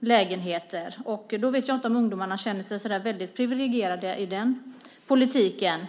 lägenheter. Jag vet inte om ungdomarna känner sig särskilt privilegierade i den politiken.